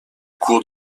cours